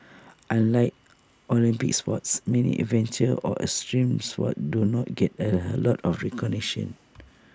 unlike Olympic sports many adventure or extreme sports do not get A lot of recognition